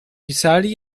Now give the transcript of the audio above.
pisali